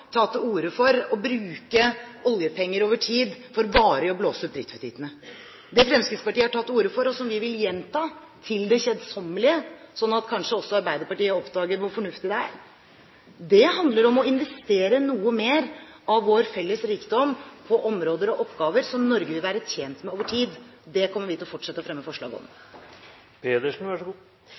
ta til orde for å bruke oljepenger over tid for varig å blåse opp driftsutgiftene. Det Fremskrittspartiet har tatt til orde for, og som vi vil gjenta til det kjedsommelige, sånn at kanskje også Arbeiderpartiet oppdager hvor fornuftig det er, handler om å investere noe mer av vår felles rikdom på områder og oppgaver som Norge vil være tjent med over tid. Det kommer vi til å fortsette å fremme forslag